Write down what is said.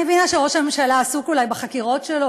אני מבינה שראש הממשלה עסוק אולי בחקירות שלו,